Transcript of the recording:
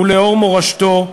ולאור מורשתו נפעל.